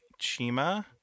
Chima